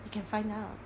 I can find out